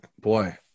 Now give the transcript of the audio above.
boy